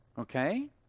Okay